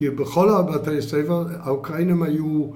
‫בכל הבתי ספר, ‫האוקראינים היו...